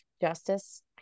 justice